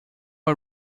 are